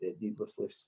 needlessly